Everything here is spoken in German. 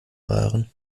waren